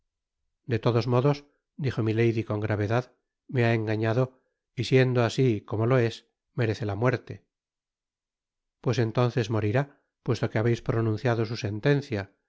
be todos modos dijo milady con gravedad me ha engañado y siendo asi como lo es merece la muerte pues entonces morirá puesto que habeis pronunciado su sentencia